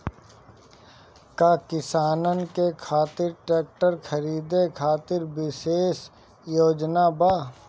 का किसानन के खातिर ट्रैक्टर खरीदे खातिर विशेष योजनाएं बा?